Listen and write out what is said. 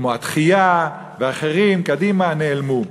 כמו התחיה ואחרים, קדימה, נעלמו.